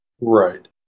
Right